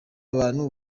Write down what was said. abantu